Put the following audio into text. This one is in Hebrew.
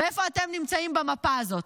ואיפה אתם נמצאים במפה הזאת?